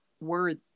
worth